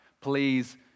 please